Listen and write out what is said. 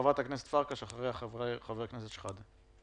חברת הכנסת פרקש, ואחריה חבר הכנסת שחאדה.